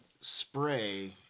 Spray